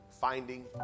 finding